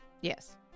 Yes